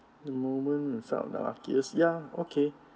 the moment you felt the luckiest ya okay